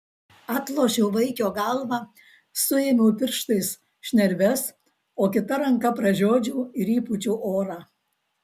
atlošiau vaikio galvą suėmiau pirštais šnerves o kita ranka pražiodžiau ir įpūčiau orą